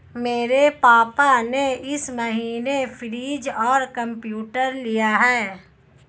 मेरे पापा ने इस महीने फ्रीज और कंप्यूटर लिया है